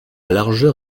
largeur